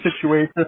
situation